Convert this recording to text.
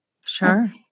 Sure